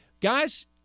Guys